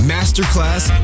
Masterclass